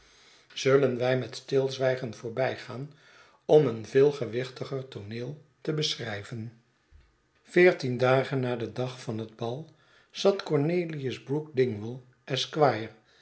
zullen wij met stilzwijgen voorbijgaan om een veel gewichtiger tooneel te beschrijven veertien dagen na den dag van het bal zat cornelius brook dingwall esq